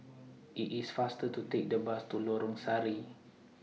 IT IS faster to Take The Bus to Lorong Sari